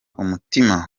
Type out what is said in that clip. umutima